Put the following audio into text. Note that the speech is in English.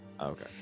okay